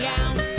out